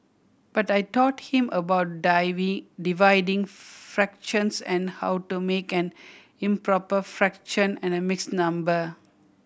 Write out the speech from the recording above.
but I taught him about dividing fractions and how to make an improper fraction and a mixed number